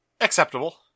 Acceptable